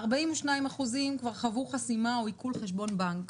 42% כבר חוו חסימה או עיקול חשבון בנק,